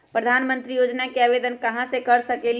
प्रधानमंत्री योजना में आवेदन कहा से कर सकेली?